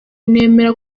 nemera